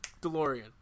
DeLorean